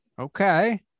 Okay